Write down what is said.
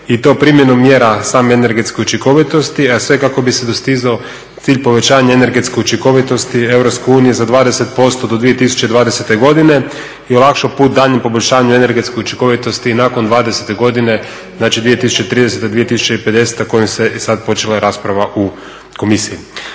i to primjenom mjera same energetske učinkovitosti, a sve kako bi se dostizao cilj povećanja energetske učinkovitosti EU za 20% do 2020. godine i olakšao put daljnjem poboljšanju energetske učinkovitosti i nakon '20. godine, znači 2030., 2050. … sad počela rasprava u komisiji.